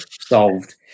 solved